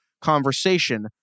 conversation